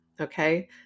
Okay